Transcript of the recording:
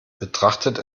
betrachte